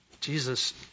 Jesus